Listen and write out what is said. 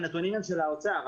הנתונים הם של האוצר.